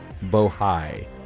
Bohai